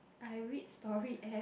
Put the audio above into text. I read story app